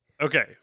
Okay